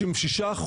66%,